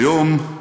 היום,